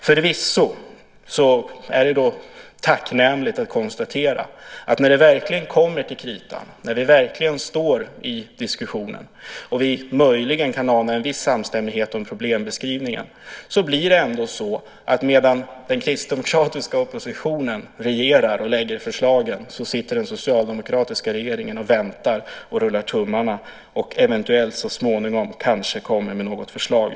Förvisso är det tacknämligt att konstatera att när det verkligen kommer till kritan kan vi möjligen ana en viss samstämmighet i problembeskrivningen. Men medan Kristdemokraterna i oppositionen "regerar" och lägger fram förslagen, sitter den socialdemokratiska regeringen och väntar och rullar tummarna och eventuellt så småningom kanske kommer med något förslag.